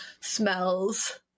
smells